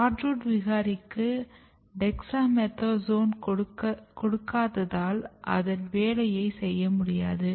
SHORT ROOT விகாரிக்கு dexamethasone கொடுக்காததால் அதன் வேலையை செய்யமுடியாது